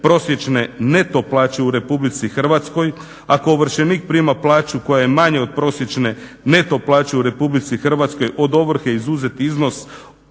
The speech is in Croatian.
prosječne neto plaće u Republici Hrvatskoj, ako ovršenik prima plaću koja je manja od prosječne neto plaće u Republici Hrvatskoj od ovrhe izuzet iznos